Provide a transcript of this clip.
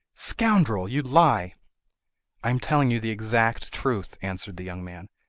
scoundrel, you lie i am telling you the exact truth answered the young man.